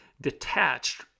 detached